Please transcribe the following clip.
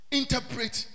interpret